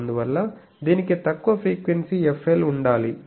అందువల్ల దీనికి తక్కువ ఫ్రీక్వెన్సీ FL ఉండాలి